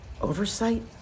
oversight